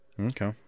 Okay